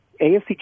AFC